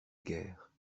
guerre